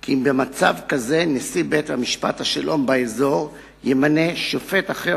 כי במצב כזה נשיא בית-משפט השלום באזור ימנה שופט אחר